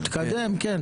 להתקדם, כן.